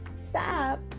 stop